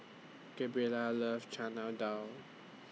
Gabriella loves Chana Dal